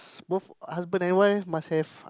both husband and wife must have